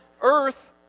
earth